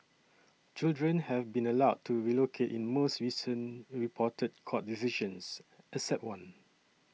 children have been allowed to relocate in most recent reported court decisions except one